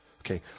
Okay